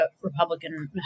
Republican